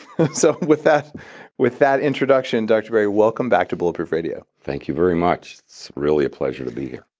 so. with that with that introduction, dr. barry, welcome back to bulletproof radio. thank you very much. it's really a pleasure to be